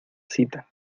cita